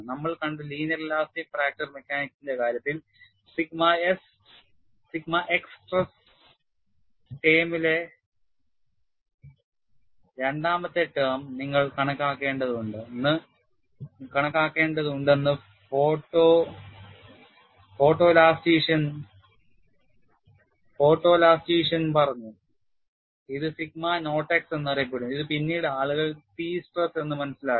നമ്മൾ കണ്ട linear elastic fracture മെക്കാനിക്സിന്റെ കാര്യത്തിൽ സിഗ്മ x സ്ട്രെസ് ടേമിലെ രണ്ടാമത്തെ ടേം നിങ്ങൾ കണക്കാക്കേണ്ടതുണ്ടെന്ന് ഫോട്ടോലാസ്റ്റീഷ്യൻ പറഞ്ഞു ഇത് സിഗ്മ naught x എന്നറിയപ്പെടുന്നു ഇത് പിന്നീട് ആളുകൾ T സ്ട്രെസ് എന്ന് മനസ്സിലാക്കി